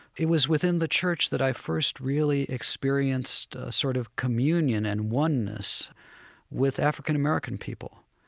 it was within the church that i first really experienced a sort of communion and oneness with african-american people.